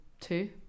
two